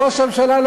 ראש הממשלה,